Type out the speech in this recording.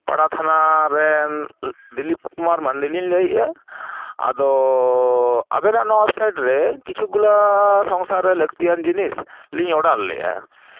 ᱯᱟᱲᱟ ᱛᱷᱟᱱᱟ ᱨᱮᱱ ᱫᱤᱞᱤᱯ ᱠᱩᱢᱟᱨ ᱢᱟᱹᱱᱰᱤ ᱞᱤᱧ ᱞᱟᱹᱭᱮᱫᱼᱟ ᱟᱫᱚ ᱟᱵᱮᱱᱟᱜ ᱱᱚᱣᱟ ᱳᱭᱮᱵᱽᱥᱟᱭᱤᱴ ᱨᱮ ᱠᱤᱪᱷᱩᱠ ᱜᱩᱞᱟ ᱥᱚᱝᱥᱟᱨ ᱨᱮ ᱞᱟᱹᱠᱛᱤᱭᱟᱱ ᱡᱤᱱᱤᱥ ᱞᱤᱧ ᱚᱰᱟᱨ ᱞᱮᱫᱼᱟ